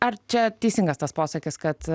ar čia teisingas tas posakis kad